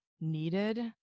needed